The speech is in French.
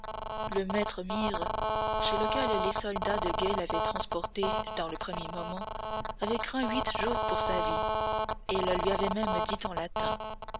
le maître myrrhe chez lequel les soldats du guet l'avaient transporté dans le premier moment avait craint huit jours pour sa vie et le lui avait même dit en latin